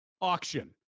Auction